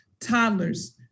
Toddlers